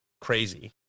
crazy